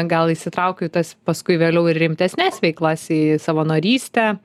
gal įsitraukiau į tas paskui vėliau ir rimtesnes veiklas į savanorystę